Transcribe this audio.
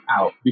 out